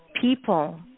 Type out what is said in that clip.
people